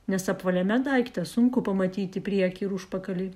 nes apvaliame daikte sunku pamatyti priekį ir užpakalį